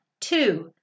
Two